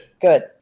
Good